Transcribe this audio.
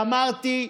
ואמרתי,